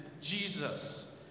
Jesus